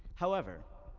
however,